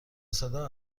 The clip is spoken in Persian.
صدا